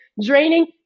draining